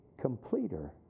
completer